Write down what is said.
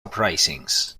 uprisings